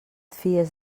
fies